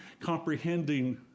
comprehending